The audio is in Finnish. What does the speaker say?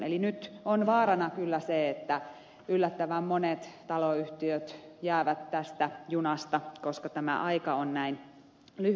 eli nyt on vaarana kyllä se että yllättävän monet taloyhtiöt jäävät tästä junasta koska tämä aika on näin lyhyt